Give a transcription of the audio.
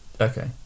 okay